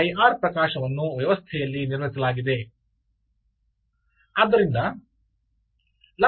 ಆದ್ದರಿಂದ ಐಆರ್ ಪ್ರಕಾಶವನ್ನು ವ್ಯವಸ್ಥೆಯಲ್ಲಿ ನಿರ್ಮಿಸಲಾಗಿದೆ